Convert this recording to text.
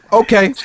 okay